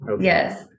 Yes